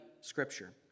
Scripture